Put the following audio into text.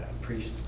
priest